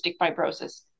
fibrosis